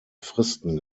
fristen